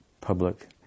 public